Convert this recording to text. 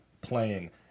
playing